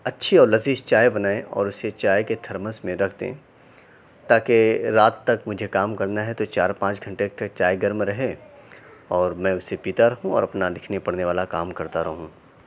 اچھی اور لذیذ چائے بنائیں اور اسے چائے کے تھرمس میں رکھ دیں تاکہ رات تک مجھے کام کرنا ہے تو چار پانچ گھنٹے تک چائے گرم رہے اور میں اسے پیتا رہوں اور اپنا لکھنے پڑھنے والا کام کرتا رہوں